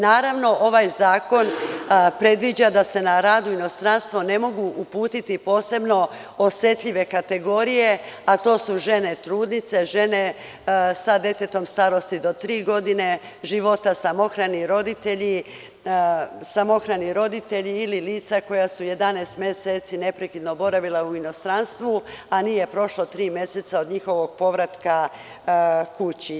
Naravno, ovaj zakon predviđa da se na rad u inostranstvo ne mogu uputiti posebno osetljive kategorije, a to su žene trudnice, žene sa detetom starosti do tri godine života, samohrani roditelji ili lica koja su 11 meseci neprekidno boravila u inostranstvu a nije prošlo tri meseca od njihovog povratka kući.